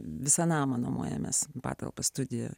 visą namą nuomojamės patalpas studiją